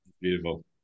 Beautiful